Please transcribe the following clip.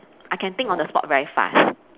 I can think on the spot very fast